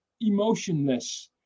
emotionless